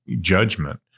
judgment